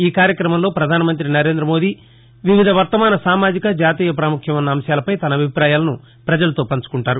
ఈ కార్యక్రమంలో పధానమంత్రి నరేందమోదీ వివిధ వర్తమాన సామాజిక జాతీయ పాముఖ్యం ఉన్న అంశాలపై తన అభిపాయాలను ప్రజలతో పంచుకుంటారు